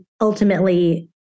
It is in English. ultimately